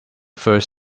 first